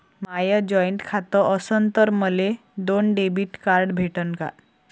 माय joint खातं असन तर मले दोन डेबिट कार्ड भेटन का?